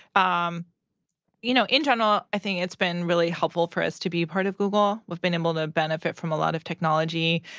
um you know, in general, i think it's been really helpful for us to be part of google. we've been able to benefit from a lot of technology.